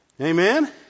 Amen